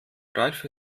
ralf